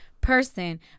person